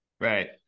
Right